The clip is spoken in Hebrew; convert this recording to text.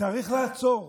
צריך לעצור,